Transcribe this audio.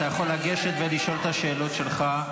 אתה יכול לגשת ולשאול את השאלות שלך,